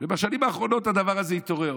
בשנים האחרונות הדבר הזה התעורר,